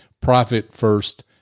profit-first